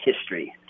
history